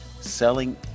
Selling